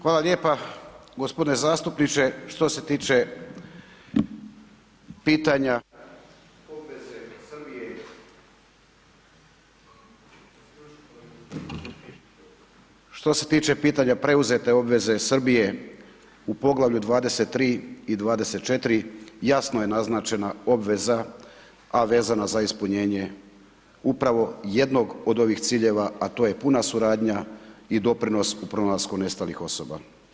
Hvala lijepa, gospodine zastupniče što se tiče pitanja preuzete obveze Srbije u Poglavlju 23. i 24. jasno je naznačena obveza a vezana za ispunjenje upravo jednog od ovih ciljeva, a to je puna suradnja i doprinos u pronalasku nestalih osoba.